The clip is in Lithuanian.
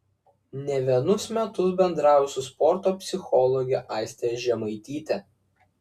ne vienus metus bendrauju su sporto psichologe aiste žemaityte